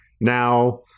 now